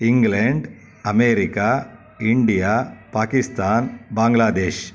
England America India Pakistan Bangladesh